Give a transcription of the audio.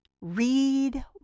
read